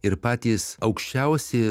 ir patys aukščiausi